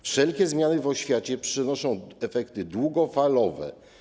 Wszelkie zmiany w oświacie przynoszą efekty długofalowe.